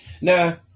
Now